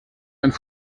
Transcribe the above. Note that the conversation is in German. einen